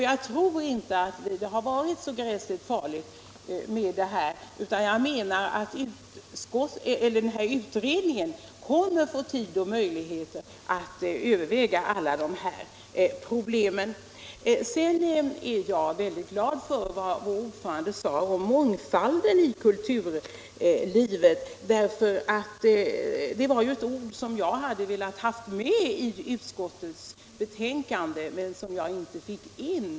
Jag tror inte att det är så förfärligt bråttom utan att utredningen kommer att få tid och möjligheter att överväga alla problem. Sedan är jag mycket glad över det som vår ordförande sade om mångfalden i kulturlivet, eftersom det var ord som jag hade velat ha med i utskottets skrivning men inte fick in.